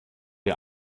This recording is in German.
ihr